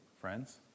friends